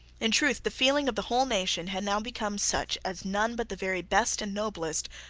in truth the feeling of the whole nation had now become such as none but the very best and noblest,